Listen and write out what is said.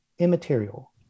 immaterial